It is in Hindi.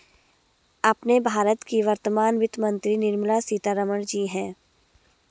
अपने भारत की वर्तमान वित्त मंत्री निर्मला सीतारमण जी हैं